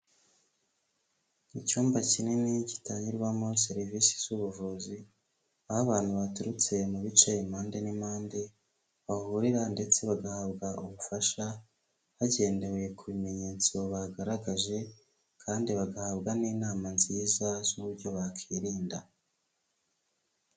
Icyumba kinini gitangirwamo serivise z'ubuvuzi, aho abantu baturutse mu bice impande n'impande bahurira ndetse bagahabwa ubufasha, hagendewe ku bimenyetso bagaragaje kandi bagahabwa n'inama nziza z'uburyo bakwirinda.